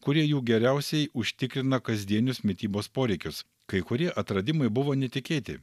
kurie jų geriausiai užtikrina kasdienius mitybos poreikius kai kurie atradimai buvo netikėti